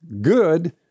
good